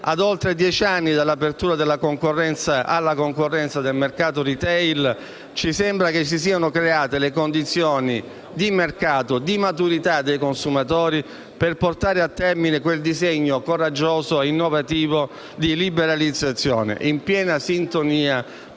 Ad oltre dieci anni dall'apertura alla concorrenza del mercato *retail* ci sembra che si siano create le condizioni di mercato e di maturità dei consumatori per portare a termine quel disegno coraggioso e innovativo di liberalizzazione, in piena sintonia con